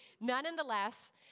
Nonetheless